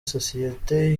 sosiyete